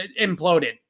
imploded